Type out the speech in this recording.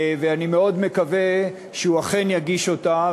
אני מאוד מקווה שהוא אכן יגיש אותה,